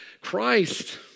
Christ